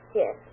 yes